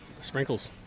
Sprinkles